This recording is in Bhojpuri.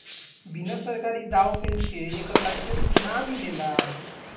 बिना सरकारी दाँव पेंच के एकर लाइसेंस ना मिलेला